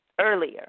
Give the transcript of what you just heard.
earlier